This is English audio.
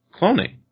cloning